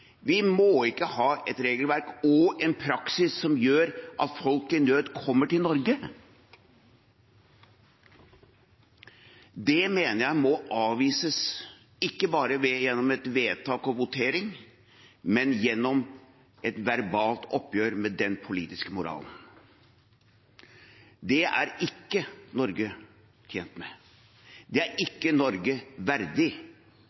Vi må ikke ha et regelverk og en praksis som gjør at folk i nød kommer til Norge. Det mener jeg må avvises, ikke bare gjennom et vedtak og votering, men gjennom et verbalt oppgjør med denne politiske moralen. Det er ikke Norge tjent med. Det er ikke Norge verdig